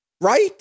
Right